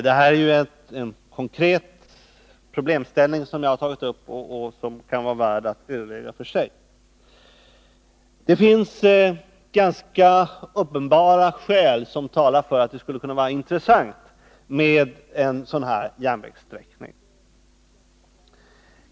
Det är ett konkret problem som jag har tagit upp och som kan vara värt att övervägas för sig. Det finns ganska uppenbara skäl som talar för att det skulle kunna vara intressant med en sådan här järnvägssträckning.